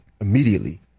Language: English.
immediately